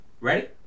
Ready